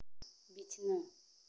ᱵᱤᱪᱷᱱᱟᱹ